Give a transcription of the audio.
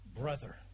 brother